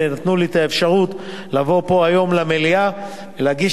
ונתנו לי את האפשרות לבוא פה היום למליאה ולהגיש